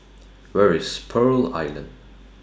Where IS Pearl Island